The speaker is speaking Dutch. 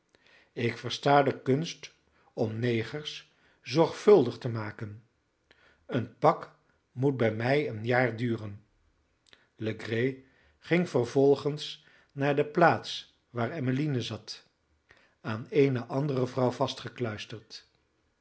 ik versta de kunst om negers zorgvuldig te maken een pak moet bij mij een jaar duren legree ging vervolgens naar de plaats waar emmeline zat aan eene andere vrouw